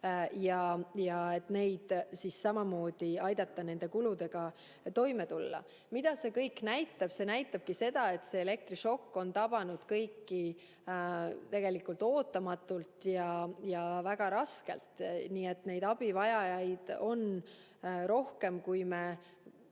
puhul, neil tuleb samamoodi aidata kuludega toime tulla. Mida see kõik näitab? See näitabki seda, et elektrišokk on tabanud kõiki ootamatult ja väga raskelt. Nii et neid abivajajaid on rohkem, kui me